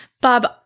Bob